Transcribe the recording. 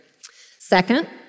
Second